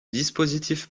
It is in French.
dispositif